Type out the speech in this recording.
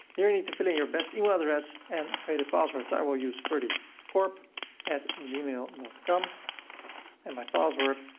here you need to fill in your best email address and create a password. so i will use ferdykorp at gmail dot com and my password.